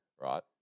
right